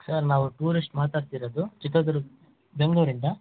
sir ನಾವು tourist ಮಾತಾಡ್ತಿರೋದು ಚಿತ್ರದುರ್ ಬೆಂಗಳೂರಿಂದ